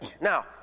Now